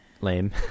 lame